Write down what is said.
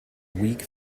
weak